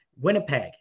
Winnipeg